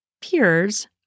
peers